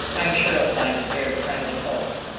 i'm sure he'll find us very friendly folks.